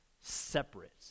separate